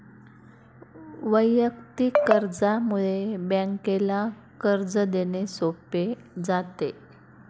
वैयक्तिक कर्जामुळे बँकेला कर्ज देणे सोपे जाते